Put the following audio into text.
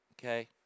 okay